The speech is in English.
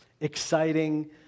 exciting